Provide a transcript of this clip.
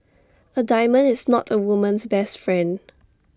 A diamond is not A woman's best friend